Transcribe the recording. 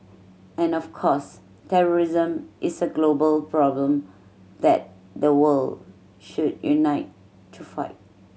and of course terrorism is a global problem that the world should unite to fight